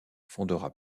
fondera